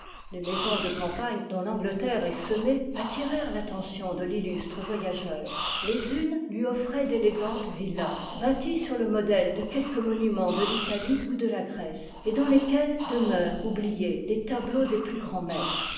les maisons de campagne dont tangletene est semée attirèrent l'attention de rillustre voyageur les unes lui offroient c xxxviii m crclëgantes iilla bâties sur le modèle de r'pak quelques monumens de l'italie ou de la liv ai grèce et dans lesquelles demeurent oubliés les tableaux des plus grands maîtres